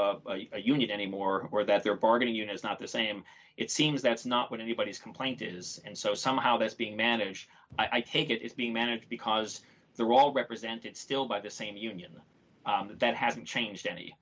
a union anymore or that their bargaining unit is not the same it seems that's not what anybody's complaint is and so somehow that's being managed i think it's being managed because they're all represented still by the same union that haven't changed any